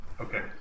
Okay